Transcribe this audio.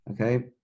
okay